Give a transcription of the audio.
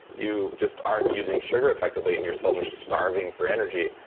you just aren't using sugar effectively, and your cells are starving for energy,